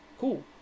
Cool